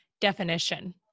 definition